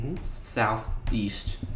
southeast